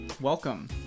Welcome